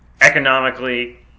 economically